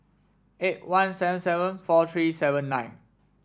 eight one seven seven four three seven nine